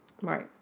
Right